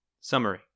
Summary